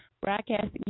Broadcasting